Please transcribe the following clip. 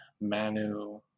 Manu